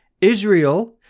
Israel